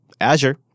Azure